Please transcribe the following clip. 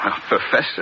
Professor